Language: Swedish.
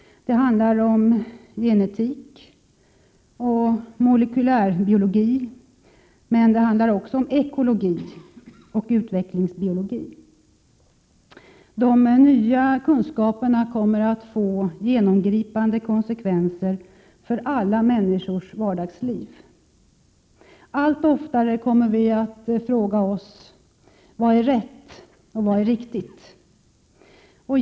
Det handlar om genetik och molekylärbiologi, men det handlar också om ekologi och utvecklingsbiologi. De nya kunskaperna kommer att få genomgripande konsekvenser för alla människors vardagsliv. Allt oftare kommer vi att fråga oss: Vad är rätt och vad är riktigt?